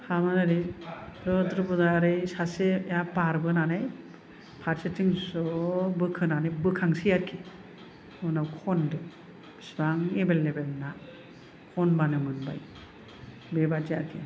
हाबनानै ओरै बुद्रुबोनानै ओरै सासेआ बारबोनानै फारसेथिं ज' बोखोनानै बोखांसै आरोखि उनाव खनदो बिसिबां एबेलेबेल ना खनबानो मोनबाय बेबादि आरोखि